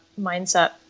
mindset